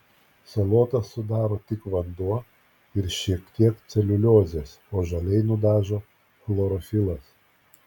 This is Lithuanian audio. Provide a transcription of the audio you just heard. salotas sudaro tik vanduo ir šiek tiek celiuliozės o žaliai nudažo chlorofilas